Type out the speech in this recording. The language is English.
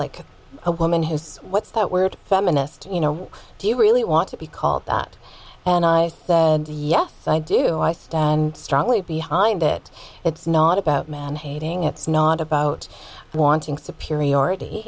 like a woman who's what's that word feminist you know do you really want to be called that and i yes i do i stand strongly behind it it's not about man hating it's not about wanting superiority